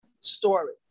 story